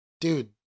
dude